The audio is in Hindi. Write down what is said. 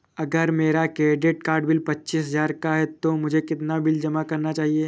अगर मेरा क्रेडिट कार्ड बिल पच्चीस हजार का है तो मुझे कितना बिल जमा करना चाहिए?